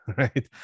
right